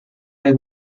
the